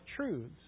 truths